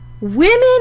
women